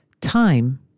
Time